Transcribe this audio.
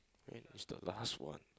this is the last one